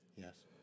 yes